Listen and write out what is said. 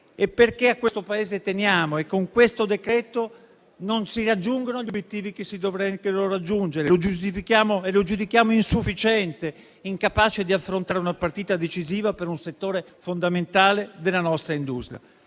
teniamo a questo Paese. Con il decreto-legge in esame non si raggiungono gli obiettivi che si dovrebbero ottenere e lo giudichiamo insufficiente, incapace di affrontare una partita decisiva per un settore fondamentale della nostra industria.